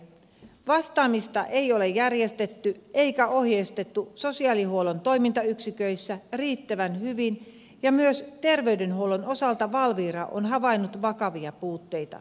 vastaamista ei ole järjestetty eikä ohjeistettu sosiaalihuollon toimintayksiköissä riittävän hyvin ja myös terveydenhuollon osalta valvira on havainnut vakavia puutteita